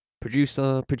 producer